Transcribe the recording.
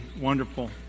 wonderful